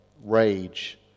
rage